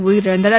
உயிரிழந்தனர்